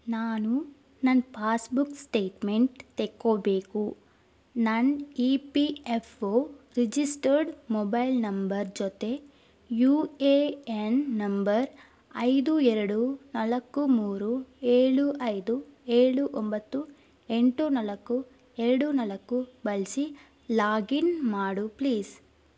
ನಾನು ನನ್ನ passbook statement ತೆಕ್ಕೋಬೇಕು ನನ್ನ E P F O registered mobile number ಜೊತೆ ಯು ಎ ಎನ್ ನಂಬರ್ ಐದು ಎರಡು ನಾಲ್ಕು ಮೂರು ಏಳು ಐದು ಏಳು ಒಂಬತ್ತು ಎಂಟು ನಾಲ್ಕು ಎರಡು ನಾಲ್ಕು ಬಳಸಿ ಲಾಗಿನ್ ಮಾಡು ಪ್ಲೀಸ್